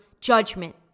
judgment